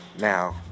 Now